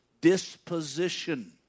disposition